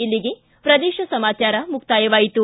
ಇಲ್ಲಿಗೆ ಪ್ರದೇಶ ಸಮಾಚಾರ ಮುಕ್ತಾಯವಾಯಿತು